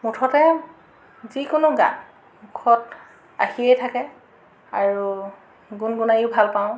মুঠতে যিকোনো গান মুখত আহিয়েই থাকে আৰু গুণগুণাইয়ো ভাল পাওঁ